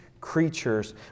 creatures